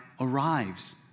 arrives